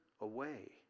away